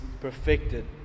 perfected